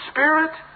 Spirit